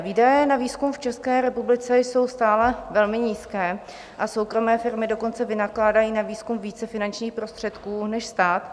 Výdaje na výzkum v České republice jsou stále velmi nízké a soukromé firmy dokonce vynakládají na výzkum více finančních prostředků než stát.